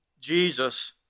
Jesus